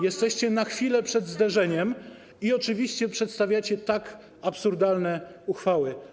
Jesteście na chwilę przed zderzeniem i oczywiście przedstawiacie tak absurdalne uchwały.